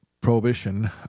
prohibition